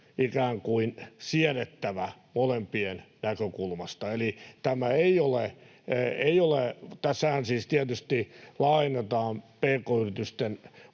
siedettävä molempien näkökulmasta. Tässähän siis tietysti laajennetaan pk-yritysten